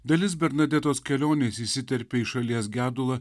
dalis bernadetos kelionės įsiterpė į šalies gedulą